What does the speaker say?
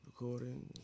recording